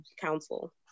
council